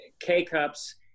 K-Cups